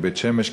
כי בית-שמש,